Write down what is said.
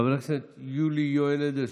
חבר הכנסת יולי יואל אדלשטיין,